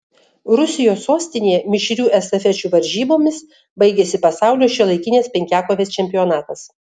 rusijos sostinėje mišrių estafečių varžybomis baigėsi pasaulio šiuolaikinės penkiakovės čempionatas